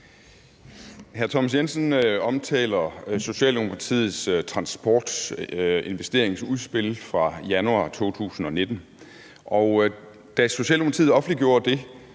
Hr. Thomas Jensen omtaler Socialdemokratiets transportinvesteringsudspil fra januar 2019, og da Socialdemokratiet offentliggjorde det,